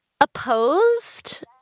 opposed